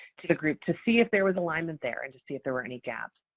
to the group to see if there was alignment there and to see if there were any gaps.